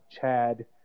Chad